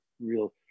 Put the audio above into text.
real